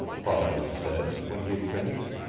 farland said, when he had finished.